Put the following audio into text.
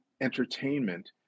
entertainment